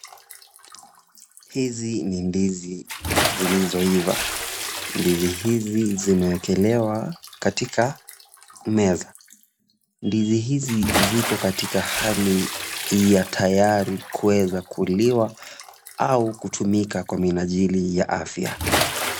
Hizi ni ndizi zilizoiva. Ndizi hizi zimewekelewa katika meza. Ndizi hizi ziko katika hali ya tayari kuweza kuliwa au kutumika kwa minajili ya afya.